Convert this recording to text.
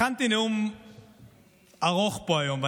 הכנתי נאום ארוך פה היום,